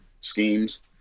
schemes